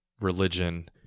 religion